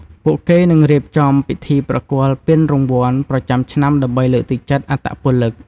ពួកគេនឹងរៀបចំពិធីប្រគល់ពានរង្វាន់ប្រចាំឆ្នាំដើម្បីលើកទឹកចិត្តអត្តពលិក។